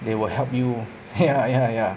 they will help you ya ya ya